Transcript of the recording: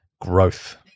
growth